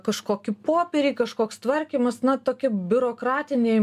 kažkokie popieriai kažkoks tvarkymas na tokia biurokratiniai